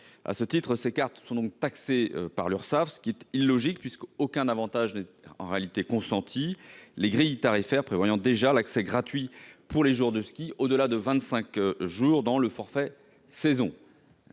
À ce titre, ces cartes sont taxées par l'Urssaf, ce qui est illogique, puisqu'aucun avantage n'est consenti, les grilles tarifaires prévoyant déjà l'accès gratuit pour les jours de ski au-delà de vingt-cinq jours dans le forfait saison.